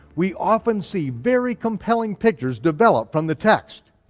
we often see very compelling pictures develop from the text.